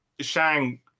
Shang